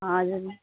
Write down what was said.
हजुर